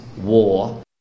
war